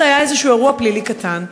זה היה איזשהו אירוע פלילי קטן.